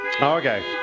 Okay